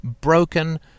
broken